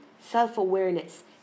self-awareness